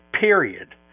period